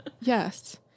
Yes